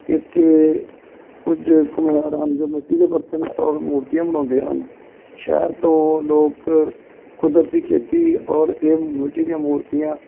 ਇੱਥੇ ਕੁਝ ਘੁਮਿਆਰ ਹਨ ਜੋ ਮਿੱਟੀ ਦੇ ਬਰਤਨ ਔਰ ਮੂਰਤੀਆਂ ਬਣਾਉਂਦੇ ਹਨ ਸ਼ਹਿਰ ਤੋਂ ਲੋਕ ਕੁਦਰਤੀ ਖੇਤੀ ਔਰ ਇਹ ਮਿੱਟੀ ਦੀਆਂ ਮੂਰਤੀਆਂ